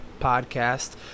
podcast